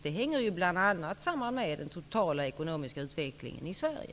Det hänger bl.a. samman med den totala ekonomiska utvecklingen i Sverige.